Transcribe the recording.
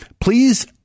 please